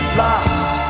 lost